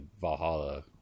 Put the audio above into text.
Valhalla